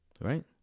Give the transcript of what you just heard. right